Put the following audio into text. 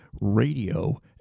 radio